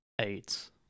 Eight